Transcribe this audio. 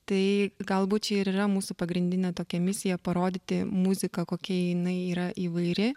tai galbūt čia ir yra mūsų pagrindinė tokia misija parodyti muziką kokia jinai yra įvairi